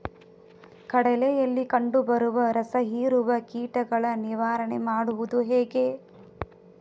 ಕಡಲೆಯಲ್ಲಿ ಕಂಡುಬರುವ ರಸಹೀರುವ ಕೀಟಗಳ ನಿವಾರಣೆ ಮಾಡುವುದು ಹೇಗೆ?